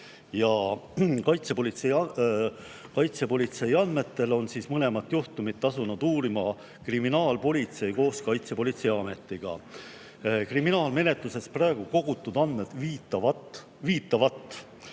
Kaitsepolitsei andmetel on mõlemat juhtumit asunud uurima kriminaalpolitsei koos Kaitsepolitseiametiga. Kriminaalmenetluses praegu kogutud andmed viitavat, et